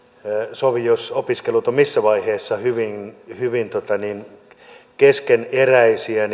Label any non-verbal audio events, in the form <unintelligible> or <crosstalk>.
sovi jos opiskelut ovat siinä vaiheessa hyvin hyvin keskeneräisiä <unintelligible>